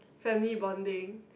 family bonding